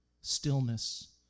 stillness